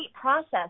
process